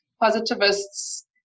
positivists